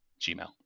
gmail